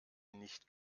nicht